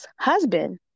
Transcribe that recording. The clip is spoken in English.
husband